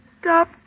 Stop